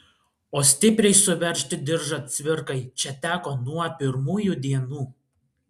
o stipriai suveržti diržą cvirkai čia teko nuo pirmųjų dienų